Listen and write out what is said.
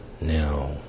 now